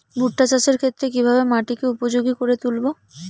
ভুট্টা চাষের ক্ষেত্রে কিভাবে মাটিকে উপযোগী করে তুলবো?